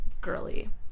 girly